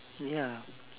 ya